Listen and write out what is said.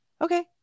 okay